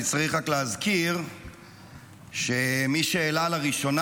אני צריך רק להזכיר שמי שהעלה לראשונה